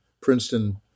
Princeton